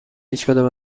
هیچکدام